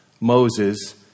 Moses